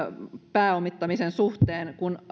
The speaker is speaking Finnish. pääomittamisen suhteen kun